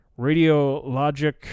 radiologic